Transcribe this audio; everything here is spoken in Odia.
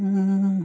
ହଁ